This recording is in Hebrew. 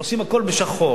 עושים הכול בשחור.